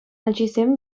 ачисем